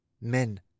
Men